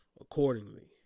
accordingly